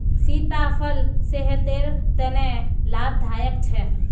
सीताफल सेहटर तने लाभदायक छे